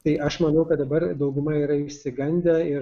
tai aš manau kad dabar dauguma yra išsigandę ir